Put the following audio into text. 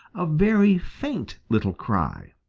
a very faint little cry.